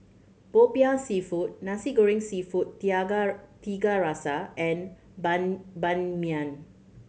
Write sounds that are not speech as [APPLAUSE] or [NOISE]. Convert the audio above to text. Popiah Seafood Nasi Goreng Seafood [UNINTELLIGIBLE] Tiga Rasa and ban Ban Mian